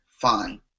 fine